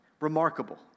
Remarkable